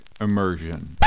immersion